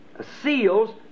seals